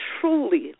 truly